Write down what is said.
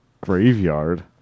graveyard